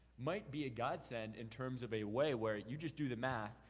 might be a godsend in terms of a way where you just do the math.